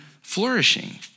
flourishing